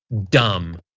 dumb.